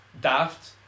daft